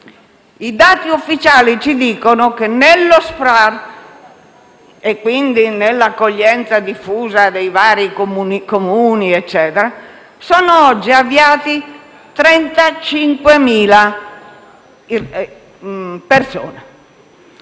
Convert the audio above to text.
I dati ufficiali ci dicono che nello SPRAR, quindi nell'accoglienza diffusa dei vari Comuni, sono oggi avviate 35.000 persone.